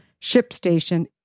ShipStation